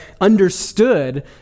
understood